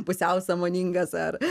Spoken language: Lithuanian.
pusiau sąmoningas ar